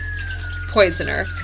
Poisoner